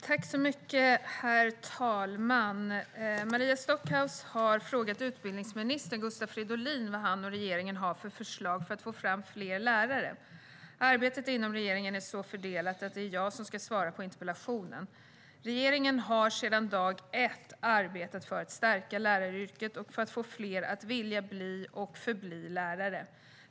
Herr talman! Maria Stockhaus har frågat utbildningsminister Gustav Fridolin vad han och regeringen har för förslag för att få fram fler lärare. Arbetet inom regeringen är så fördelat att det är jag som ska svara på interpellationen. Regeringen har sedan dag ett arbetat för att stärka läraryrket och för att få fler att vilja bli och förbli lärare.